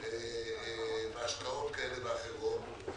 והשקעות כאלה ואחרות.